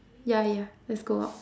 ya ya let's go out